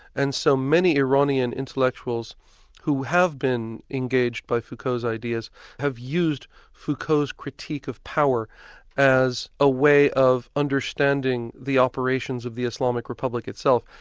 and so many iranian intellectuals who have been engaged by foucault's ideas have used foucault's critique of power as a way of understanding the operations of the islamic republic itself,